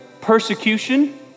Persecution